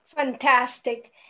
Fantastic